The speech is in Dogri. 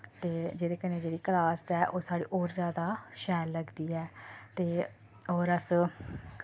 ते जेह्दे कन्नै जेह्ड़ी क्लास ऐ ओह् होर जैदा शैल लगदी ऐ ते होर अस